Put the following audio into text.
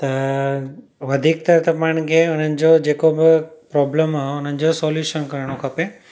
त वधीकतर त पाण खे हुननि जो जेको बि प्रॉब्लम आहे हुननि जो सॉल्यूशन करणो खपे